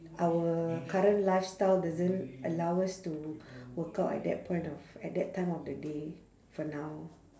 our current lifestyle doesn't allow us to workout at that point of at that time of the day for now